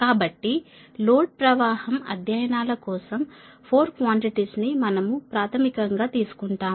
కాబట్టి లోడ్ ప్రవాహం అధ్యయనాల కోసం 4 క్వాన్టిటీస్ ను మనము ప్రాథమికంగా తీసుకుంటాము